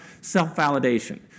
self-validation